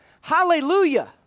Hallelujah